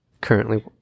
currently